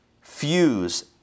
fuse